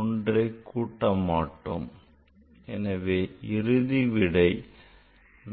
ஒன்றை கூட்ட மாட்டோம் எனவே இறுதி விடை 45